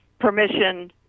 permission